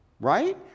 right